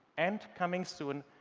and coming soon,